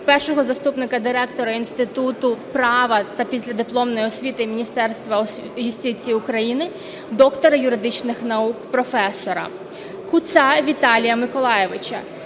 першого заступника директора Інституту права та післядипломної освіти Міністерства юстиції України, доктора юридичних наук, професора; Куца Віталія Миколайовича,